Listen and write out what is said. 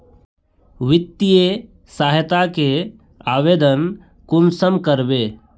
वित्तीय सहायता के आवेदन कुंसम करबे?